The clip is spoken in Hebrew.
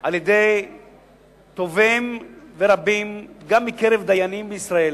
על-ידי טובים ורבים גם מקרב דיינים בישראל,